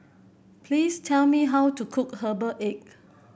please tell me how to cook Herbal Egg